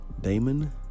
Damon